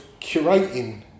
curating